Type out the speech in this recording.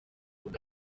ubwo